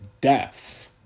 death